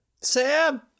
Sam